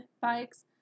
bikes